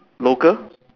local